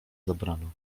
zabrano